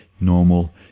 normal